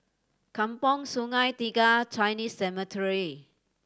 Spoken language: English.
Kampong Sungai Tiga Chinese Cemetery